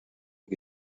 que